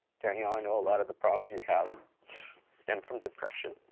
danielle, i know a lot of the problems you have stem from depression,